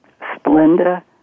Splenda